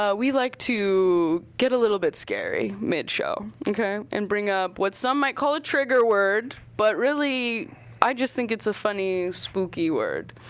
ah we like to get a little bit scary mid-show, okay? and bring up what some might call a trigger word, but really i just think it's a funny, spooky word.